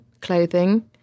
clothing